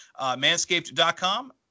Manscaped.com